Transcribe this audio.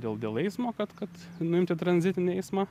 dėl dėl eismo kad kad nuimti tranzitinį eismą